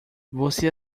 você